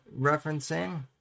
referencing